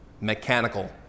mechanical